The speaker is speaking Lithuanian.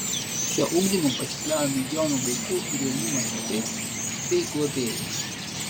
šiuo ugdymu pasikliauja milijonų vaikų ir jaunimo tėvai bei globėjai